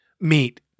meet